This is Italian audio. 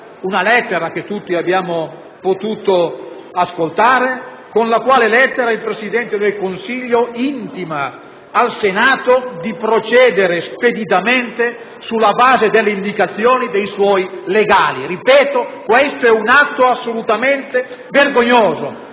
una lettera che tutti abbiamo potuto ascoltare, con la quale il Presidente del Consiglio intima al Senato di procedere speditamente sulla base delle indicazioni dei suoi legali. Ripeto, questo è un atto assolutamente vergognoso!